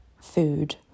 food